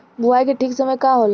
बुआई के ठीक समय का होला?